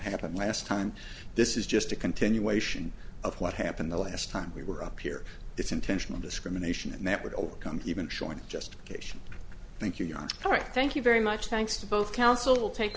happened last time this is just a continuation of what happened the last time we were up here it's intentional discrimination and that would overcome even showing just cation thank you your honor all right thank you very much thanks to both counsel take